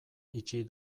itxi